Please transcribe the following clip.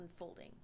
unfolding